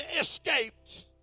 escaped